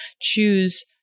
choose